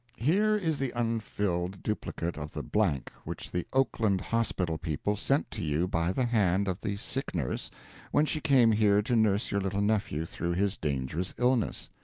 here is the unfilled duplicate of the blank which the oakland hospital people sent to you by the hand of the sick-nurse when she came here to nurse your little nephew through his dangerous illness.